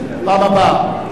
התשע"ב 2012,